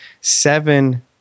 seven